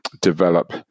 develop